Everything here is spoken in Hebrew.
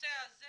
בנושא הזה